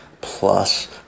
plus